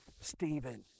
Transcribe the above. Stephen